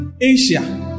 Asia